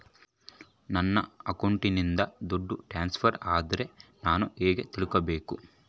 ನನ್ನ ಅಕೌಂಟಿಂದ ದುಡ್ಡು ಟ್ರಾನ್ಸ್ಫರ್ ಆದ್ರ ನಾನು ಹೆಂಗ ತಿಳಕಬೇಕು?